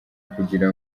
kugira